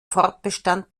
fortbestand